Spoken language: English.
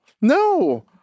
No